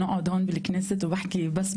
(מדברת בשפה